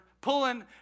pulling